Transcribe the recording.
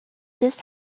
this